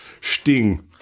Sting